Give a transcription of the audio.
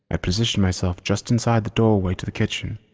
ah positioned myself just inside the doorway to the kitchen,